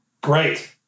great